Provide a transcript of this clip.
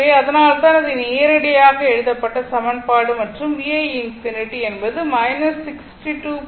எனவே அதனால்தான் அதை நேரடியாக எழுதப்பட்ட சமன்பாடு மற்றும் V1∞ என்பது 62